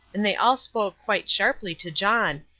and they all spoke quite sharply to john,